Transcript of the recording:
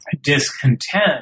discontent